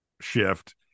shift